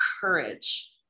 courage